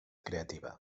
creativa